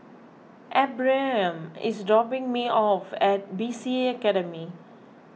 Ephriam is dropping me off at B C A Academy